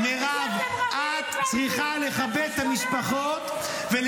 סליחה, אני